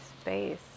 space